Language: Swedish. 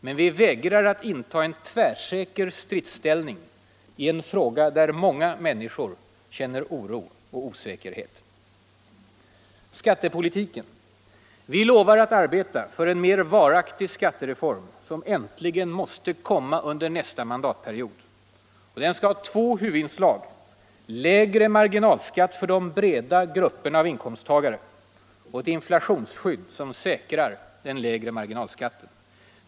Men vi vägrar att inta en tvärsäker stridsställning i en fråga, där många människor känner oro och osäkerhet. Skattepolitiken: Vi lovar att arbeta för en mer varaktig skattereform, som äntligen måste komma under nästa mandatperiod. Den skall ha två huvudinslag: lägre marginalskatt för de breda grupperna av inkomsttagare och ett inflationsskydd som säkrar den lägre marginalskatten.